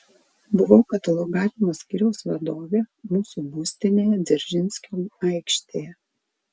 buvau katalogavimo skyriaus vadovė mūsų būstinėje dzeržinskio aikštėje